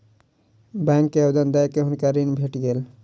bank के आवेदन दअ के हुनका ऋण भेट गेल